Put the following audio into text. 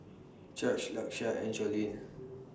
Jorge Lakeshia and Jolene